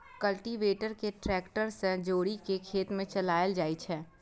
cultivator कें tractor सं जोड़ि कें खेत मे चलाएल जाइ छै